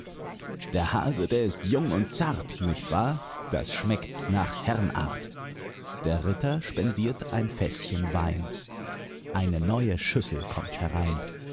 der hase der ist jung und zart nicht war das schmeckt nach herrenart der ritter spendiert ein fäßchen wein eine neue schüssel kommt herein